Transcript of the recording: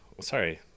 sorry